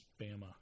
Bama